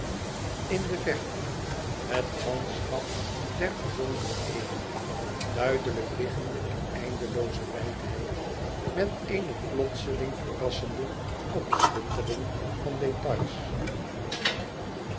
in de verte het landschap der verzonken eeuwen duidelijk liggende in eindelooze wijdheid met eene plotseling verrassende opschittering van détails